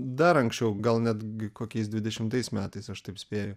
dar anksčiau gal netgi kokiais dvidešimtais metais aš taip spėju